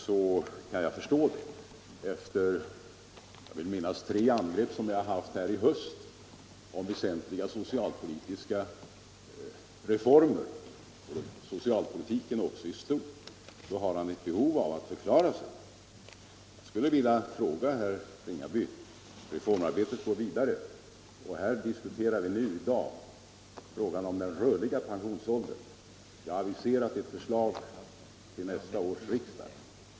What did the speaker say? Efter, vill jag minnas, tre angrepp här i höst på väsentliga socialpolitiska reformer och på socialpolitiken i stort har han ett behov av att förklara sig. Reformarbetet går nu vidare. Vi diskuterar frågan om den rörliga pensionsåldern och jag har aviserat ett förslag till nästa års riksdag.